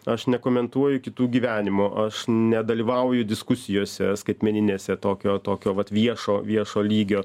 aš nekomentuoju kitų gyvenimo aš nedalyvauju diskusijose skaitmeninėse tokio tokio vat viešo viešo lygio